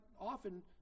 often